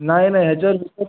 नाही नाही ह्याच्यावर दुसरं